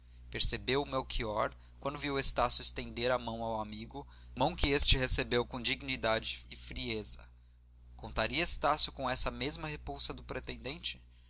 percebeu-o melchior quando viu estácio estender a mão ao amigo mão que este recebeu com dignidade e frieza contaria estácio com essa mesma repulsa do pretendente